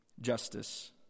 justice